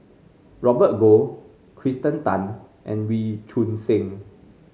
Robert Goh Kirsten Tan and Wee Choon Seng